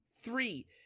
Three